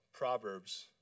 Proverbs